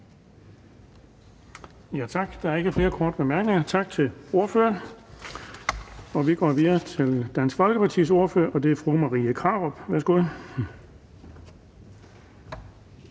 det. Der er ikke flere korte bemærkninger. Tak til ordføreren. Vi går videre til Nye Borgerliges ordfører, og det er fru Mette Thiesen. Værsgo.